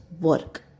work